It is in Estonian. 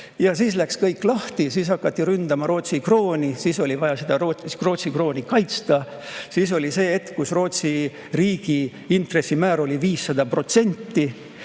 Siis läks lahti, siis hakati ründama Rootsi krooni ja oli vaja Rootsi krooni kaitsta. Tekkis hetk, kui Rootsi riigi intressimäär oli 500%.